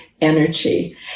energy